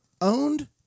owned